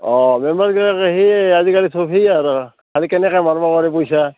অঁ মেম্বাৰবিলাকে সেই আজিকালি চব সেই আৰু খালী কেনেকৈ মাৰিব পাৰি পইচা